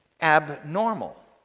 abnormal